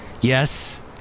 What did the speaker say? Yes